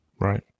Right